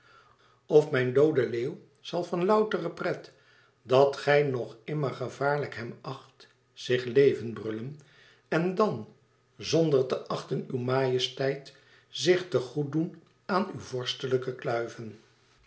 of mijn doode leeuw zal van loutere pret dat gij nog immer gevaarlijk hem acht zich levend brullen en dàn zonder te achten uw majesteit zich te goed doen aan uw vorstelijke kluiven